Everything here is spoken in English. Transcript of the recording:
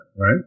right